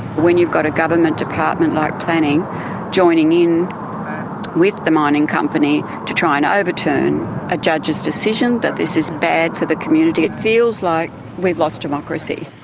when you've got a government department like planning joining in with the mining company to try and overturn a judge's decision that this is bad for the community, it feels like we've lost democracy.